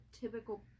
typical